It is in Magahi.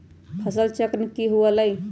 फसल चक्रण की हुआ लाई?